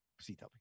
CW